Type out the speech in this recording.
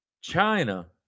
China